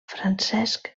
francesc